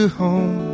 home